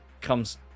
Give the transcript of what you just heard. comes